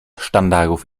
sztandarów